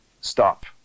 stop